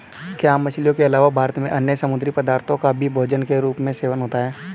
क्या मछलियों के अलावा भारत में अन्य समुद्री पदार्थों का भी भोजन के रूप में सेवन होता है?